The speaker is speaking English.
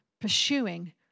pursuing